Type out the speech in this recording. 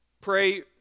Pray